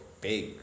big